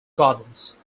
gardens